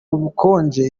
ubukonje